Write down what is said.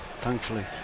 Thankfully